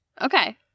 Okay